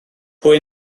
pwy